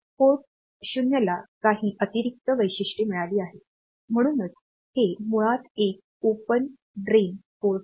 port 0ला काही अतिरिक्त वैशिष्ट्ये मिळाली आहेत म्हणूनच हे मुळात एक ओपन ड्रेन drain पोर्ट आहे